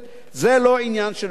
זה לא עניין של מה בכך.